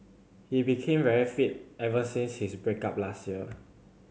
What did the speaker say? he became very fit ever since his break up last year